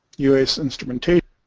us instrument tape